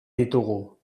ditugu